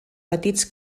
petits